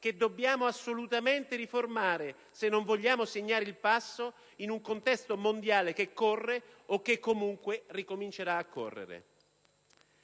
e dobbiamo assolutamente riformarlo se non vogliamo segnare il passo in un contesto mondiale che corre o che comunque ricomincerà a correre.